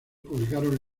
publicaron